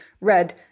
red